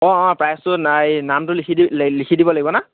অঁ অঁ প্ৰাইজটোত এই নামটো লিখি দি লিখি দিব লাগিব না